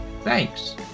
Thanks